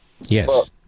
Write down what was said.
Yes